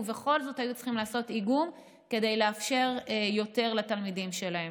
ובכל זאת היו צריכים לעשות איגום כדי לאפשר יותר לתלמידים שלהם,